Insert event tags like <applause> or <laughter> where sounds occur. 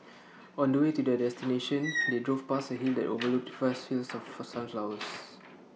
on the way to their destination they drove past A hill that overlooked vast fields of fur sunflowers <noise>